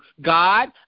God